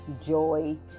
joy